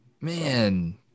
Man